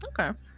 Okay